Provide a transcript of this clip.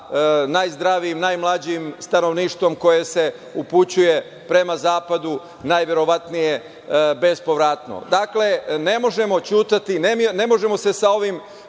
najzdravijim, najmlađim stanovništvom koje se upućuje prema zapadu, najverovatnije bespovratno. Dakle, ne možemo ćutati, ne možemo se sa ovim